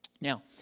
Now